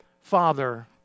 Father